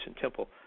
Temple